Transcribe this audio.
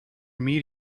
another